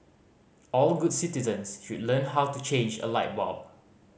all good citizens should learn how to change a light bulb